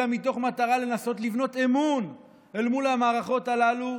אלא מתוך מטרה לנסות לבנות אמון אל מול המערכות הללו,